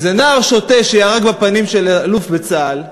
איזה נער שוטה שירק בפנים של אלוף בצה"ל,